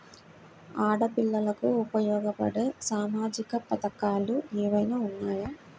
ఆడపిల్లలకు ఉపయోగపడే సామాజిక పథకాలు ఏమైనా ఉన్నాయా?